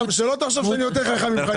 שלא תחשוב שאני יותר חכם ממך,